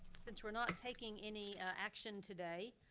since we're not taking any action today,